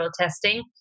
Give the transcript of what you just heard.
testing